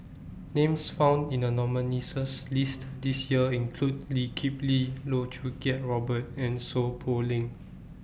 Names found in The nominees' list This Year include Lee Kip Lee Loh Choo Kiat Robert and Seow Poh Leng